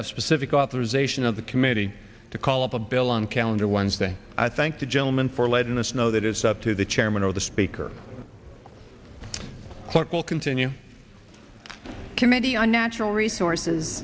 have specific authorization of the committee to call up a bill on calendar wednesday i thank the gentleman for letting us know that it's up to the chairman or the speaker clerk will continue committee on natural resources